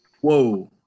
Whoa